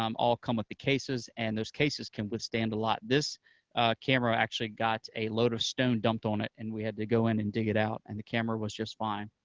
um all come with the cases, and those cases can withstand a lot. this camera actually got a load of stone dumped on it, and we had to go in and dig it out, and the camera was just fine,